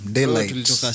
Daylight